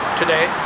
today